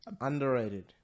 underrated